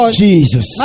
jesus